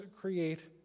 create